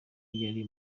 yari